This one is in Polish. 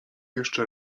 jeszcze